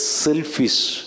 selfish